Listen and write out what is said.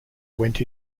went